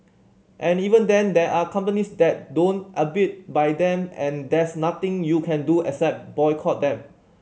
and even then there are companies that don't abide by them and there's nothing you can do except boycott them